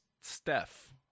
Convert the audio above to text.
Steph